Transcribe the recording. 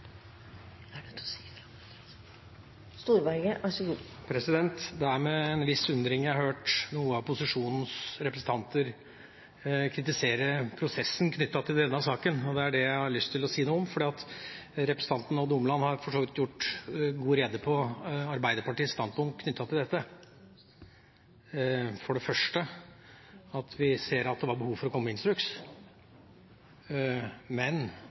med en viss undring jeg har hørt noen av posisjonens representanter kritisere prosessen knyttet til denne saken, og dette har jeg har lyst til å si noe om, selv om representanten Odd Omland for så vidt har gjort godt rede for Arbeiderpartiets standpunkt knyttet til dette. Vi ser at det var behov for å komme med instruks, men